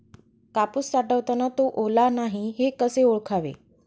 कापूस साठवताना तो ओला नाही हे कसे ओळखावे?